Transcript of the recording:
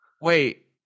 Wait